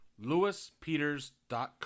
lewispeters.com